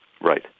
Right